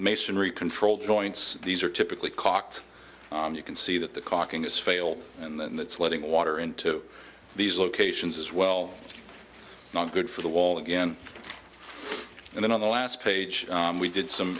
masonry control joints these are typically cocked and you can see that the caulking is fail and that's letting water into these locations as well not good for the wall again and then on the last page we did some